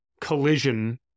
collision